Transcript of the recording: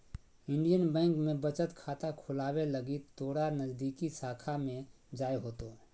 Indian bank में बचत खाता खोलावे लगी तोरा नजदीकी शाखा में जाय होतो